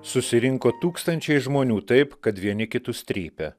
susirinko tūkstančiai žmonių taip kad vieni kitus trypia